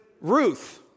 Ruth